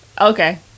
Okay